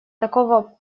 такого